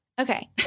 okay